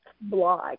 blog